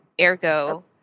ergo